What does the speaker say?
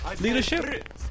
leadership